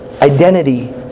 Identity